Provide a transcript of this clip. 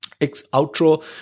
outro